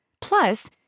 Plus